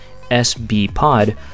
SBPOD